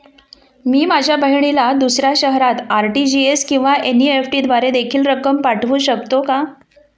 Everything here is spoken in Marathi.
मी माझ्या बहिणीला दुसऱ्या शहरात आर.टी.जी.एस किंवा एन.इ.एफ.टी द्वारे देखील रक्कम पाठवू शकतो का?